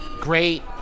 great